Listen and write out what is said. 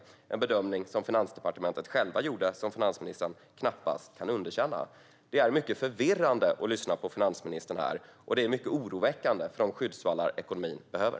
Det är en bedömning som Finansdepartementet själv gjorde och som finansministern knappast kan underkänna. Det är mycket förvirrande att här lyssna på finansministern. Det är mycket oroväckande för de skyddsvallar som ekonomin behöver.